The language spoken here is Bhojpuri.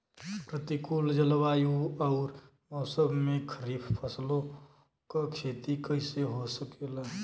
प्रतिकूल जलवायु अउर मौसम में खरीफ फसलों क खेती कइसे हो सकेला?